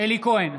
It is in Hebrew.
אלי כהן,